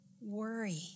worry